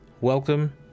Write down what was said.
Welcome